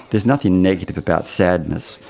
there is nothing negative about sadness,